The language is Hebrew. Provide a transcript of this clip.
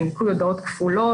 בניכוי הודעות כפולות,